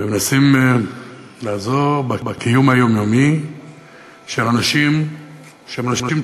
ומנסים לעזור בקיום היומיומי של אנשים שהם אנשים תלויים.